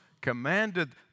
commanded